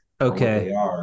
Okay